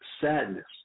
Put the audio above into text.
Sadness